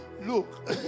look